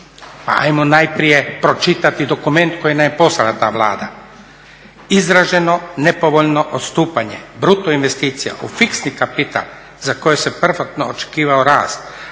ajmo najprije pročitati dokument koji nam je poslala ta Vlada. Izraženo nepovoljno odstupanje bruto investicija u fiksni kapital za koje se prvotno očekivao rast,